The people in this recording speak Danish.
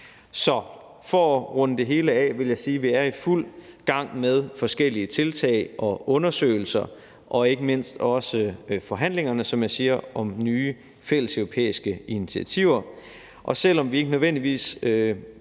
Så for at runde det hele af vil jeg sige, at vi er i fuld gang med forskellige tiltag og undersøgelser og ikke mindst også forhandlingerne, som jeg siger, om nye fælleseuropæiske initiativer, og selv om vi ikke nødvendigvis